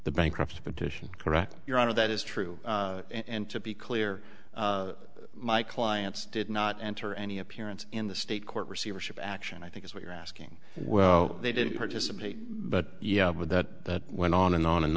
bankruptcy petition correct your honor that is true and to be clear my clients did not enter any appearance in the state court receivership action i think is what you're asking well they did participate but yeah but that went on and on and